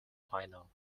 final